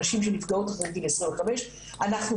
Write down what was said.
יש גם חיים לנשים שנפגעות אחרי גיל 25. אנחנו